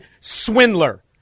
swindler